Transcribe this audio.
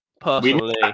personally